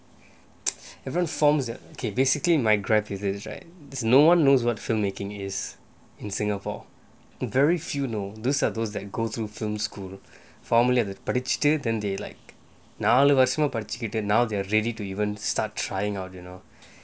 everyone forms that okay basically my graph is this right no one knows what filmmaking is in singapore very few know those are those that go to film school formally at the then they like நாலு வருஷமா படிச்சிக்கிட்டு:naalu varushamaa padichikkittu now they're ready to even start trying original